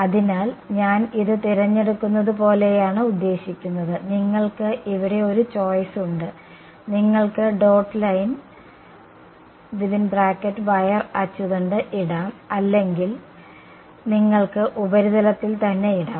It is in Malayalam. അതിനാൽ ഞാൻ ഇത് തിരഞ്ഞെടുക്കുന്നത് പോലെയാണ് ഉദ്ദേശിക്കുന്നത് നിങ്ങൾക്ക് ഇവിടെ ഒരു ചോയ്സ് ഉണ്ട് നിങ്ങൾക്ക് ഡോട്ട് ലൈൻ വയർ അച്ചുതണ്ട് ഇടാം അല്ലെങ്കിൽ നിങ്ങൾക്ക് ഉപരിതലത്തിൽ തന്നെ ഇടാം